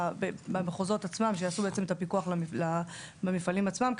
במחוזות עצמם שיעשו את הפיקוח למפעלים עצמם,